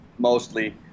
mostly